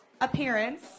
appearance